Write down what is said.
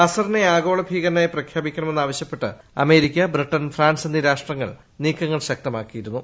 അസറിനെ ആഗോള ഭീകരനായി പ്രഖ്യാപിക്കണമെന്നാവശ്യപ്പെട്ട് അമേരിക്ക ബ്രിട്ടൻ ഫ്രാൻസ് എന്നീ രാഷ്ട്രങ്ങൾ നീക്കങ്ങൾ ശക്തമാക്കിയിരുന്നൂ